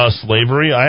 slavery